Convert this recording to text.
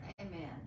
Amen